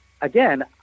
again